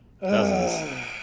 Dozens